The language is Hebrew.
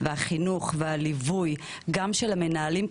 החינוך והליווי גם של המנהלים.